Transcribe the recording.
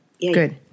good